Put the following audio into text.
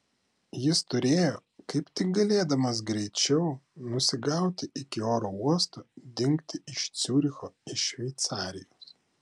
jis turėjo kaip tik galėdamas greičiau nusigauti iki oro uosto dingti iš ciuricho iš šveicarijos